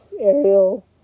Ariel